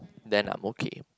then I'm okay